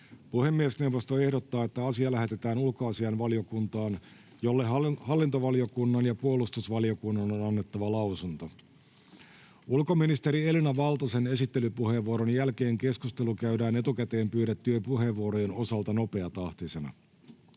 Puhemiesneuvosto ehdottaa, että asia lähetetään ulkoasiainvaliokuntaan, jolle hallintovaliokunnan ja puolustusvaliokunnan on annettava lausunto. Ulkoministeri Elina Valtosen esittelypuheenvuoron jälkeen keskustelu käydään etukäteen pyydettyjen puheenvuorojen osalta nopeatahtisena.